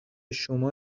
شما